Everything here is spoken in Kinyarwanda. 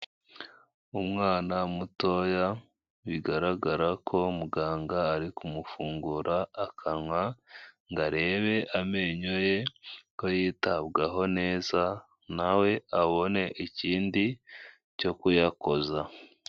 Umwana mutoya bigaragara ko muganga, ari kumufungura akanwa ngo arebe amenyo ye ko yitabwaho neza, nawe abone ikindi cyo kuyakoza.